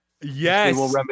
Yes